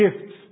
gifts